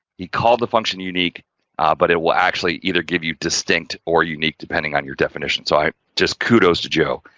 he called the function unique but it will actually either give you distinct or unique, depending on your definition. so, i just kudos to joe,